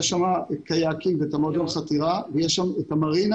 יש שם קיאקים ומועדון חקירה ויש שם את המרינה